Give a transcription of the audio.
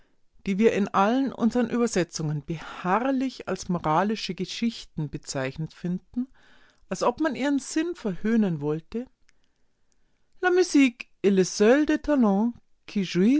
die wir in allen unsern übersetzungen beharrlich als moralische geschichten bezeichnet finden als ob man ihren sinn verhöhnen wollte